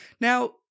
Now